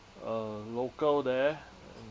a local there